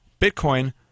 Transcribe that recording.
Bitcoin